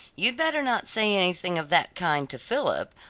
you'd better not say anything of that kind to philip,